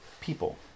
people